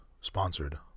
sponsored